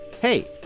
Hey